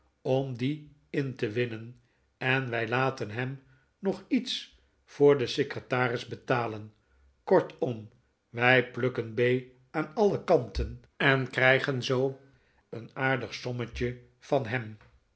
om die in te winnen en wij laten hem nog iets voor den secretaris betalen kortom wij plukken b aan alle kanten en krijgen zoo een aardig sommetje van hem